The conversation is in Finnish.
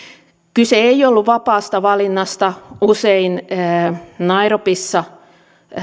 kyse ei ollut vapaasta valinnasta usein nairobissa